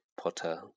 Potter